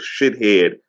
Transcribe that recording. shithead